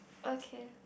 okay